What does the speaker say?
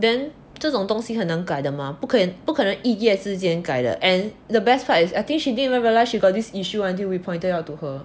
then 这种东西很难改的吗不可以不可能一夜之间改的 and the best part is I think she didn't even realise she got this issue until we pointed out to her